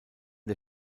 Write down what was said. der